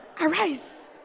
arise